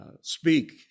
speak